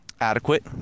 adequate